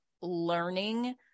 learning